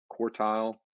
Quartile